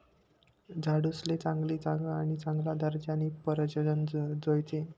झाडूसले चांगली जागा आणि चांगला दर्जानी प्रजनन जोयजे